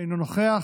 אינו נוכח.